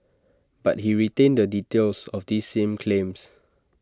but he retained the details of these same claims